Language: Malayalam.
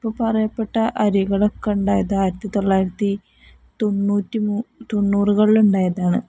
ഇപ്പോള് പറയപ്പെട്ട അരികളൊക്കെയുണ്ടായത് ആയിരത്തി തൊള്ളായിരത്തി തൊണ്ണൂറുകളിലുണ്ടായതാണ്